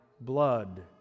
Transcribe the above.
blood